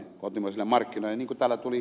niin kuin täällä ed